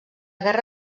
guerra